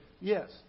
yes